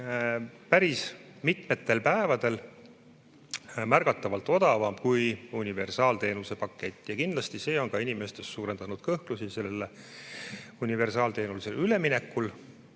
päris mitmetel päevadel märgatavalt odavam kui universaalteenuse pakett ja kindlasti see on inimestes suurendanud kõhklusi universaalteenusele üleminekul.